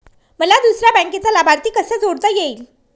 मला दुसऱ्या बँकेचा लाभार्थी कसा जोडता येईल?